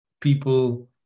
people